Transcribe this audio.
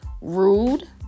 rude